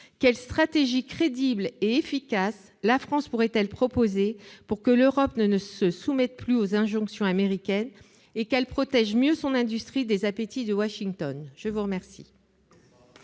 quelle stratégie crédible et efficace la France pourrait-elle proposer pour que l'Europe ne soit plus soumise aux injonctions américaines et qu'elle protège mieux son industrie des appétits de Washington ? La parole